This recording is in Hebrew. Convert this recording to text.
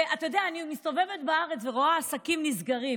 ואתה יודע, אני מסתובבת בארץ ורואה עסקים נסגרים.